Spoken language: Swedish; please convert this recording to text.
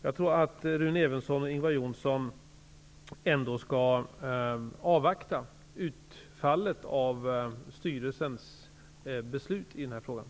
Jag tror ändå att Rune Evensson och Ingvar Johnsson skall avvakta utfallet av styrelsens beslut i frågan.